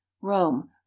rome